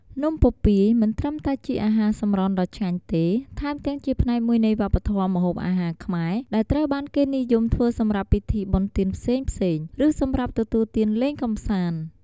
នំពពាយមិនត្រឹមតែជាអាហារសម្រន់ដ៏ឆ្ងាញ់ទេ ថែមទាំងជាផ្នែកមួយនៃវប្បធម៌ម្ហូបអាហារខ្មែរ ដែលត្រូវបានគេនិយមធ្វើសម្រាប់ពិធីបុណ្យទានផ្សេងៗ ឬសម្រាប់ទទួលទានលេងកម្សាន្ត។